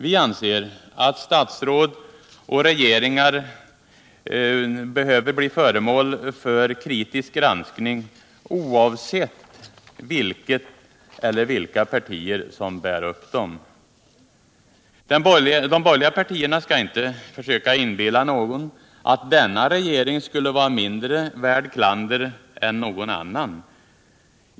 Vi anser att statsråd och regeringar behöver bli föremål för en kritisk granskning, oavsett vilket eller vilka partier som bär upp dem. De borgerliga partierna skall inte försöka inbilla någon att denna regering skulle vara mindre värd klander än någon annan.